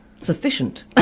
sufficient